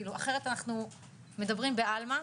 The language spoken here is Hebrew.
אחרת אנחנו מדברים בעלמא,